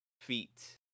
Feet